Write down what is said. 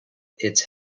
its